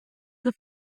the